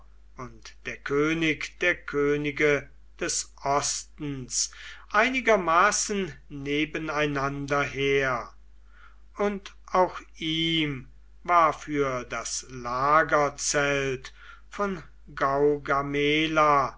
und der könig der könige des ostens einigermaßen nebeneinander her und auch ihm war für das lagerzelt von